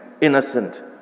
innocent